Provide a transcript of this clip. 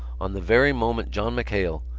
on the very moment john machale,